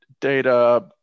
data